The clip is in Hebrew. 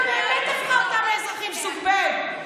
כי המדינה באמת הפכה אותם לאזרחים סוג ב'.